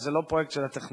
אבל זה לא פרויקט של הטכניון.